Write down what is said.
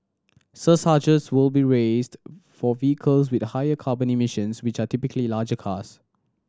surcharges will be raised for vehicles with higher carbon emissions which are typically larger cars